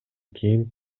кийин